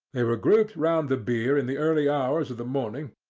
they were grouped round the bier in the early hours of the morning,